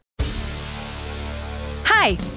Hi